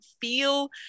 feel